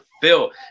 fill